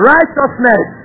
Righteousness